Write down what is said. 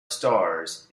stars